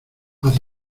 haz